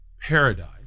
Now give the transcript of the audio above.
Paradise